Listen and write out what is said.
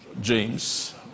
James